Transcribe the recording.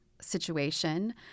situation